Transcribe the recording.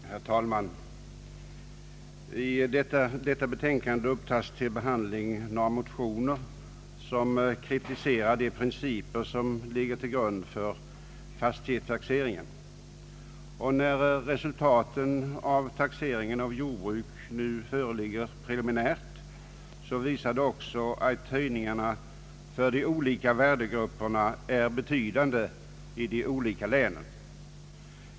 Herr talman! I förevarande betänkande upptas till behandling några motioner som kritiserar de principer som ligger till grund för fastighetstaxeringen. När resultaten av taxeringen av jordbruk nu föreligger preliminärt visar det sig också att höjningarna för de olika värdegrupperna är betydande i de olika länen.